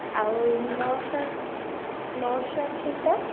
ଆଉ nurse nurse ଆସୁଛନ୍ତି ତ